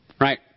right